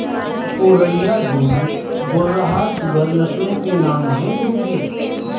पूर्णिया, डूम, घुर्राह सूअर नस्लों के नाम है गुरु जी